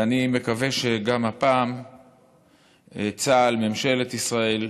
אני מקווה שגם הפעם צה"ל, ממשלת ישראל,